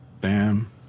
Bam